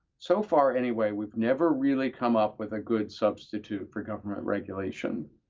so far anyway, we've never really come up with a good substitute for government regulation.